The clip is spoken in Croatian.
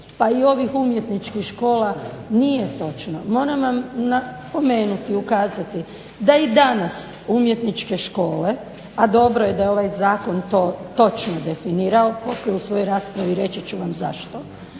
pa i ovih umjetničkih škola nije točno. Moram vam napomenuti, ukazati da i danas umjetničke škole, a dobro je da je ovaj Zakon to točno definirao. Poslije u svojoj raspravi reći ću vam zašto